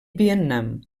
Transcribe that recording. vietnam